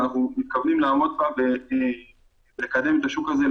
ואנחנו מתכוונים לעבוד ולקדם את השוק הזה.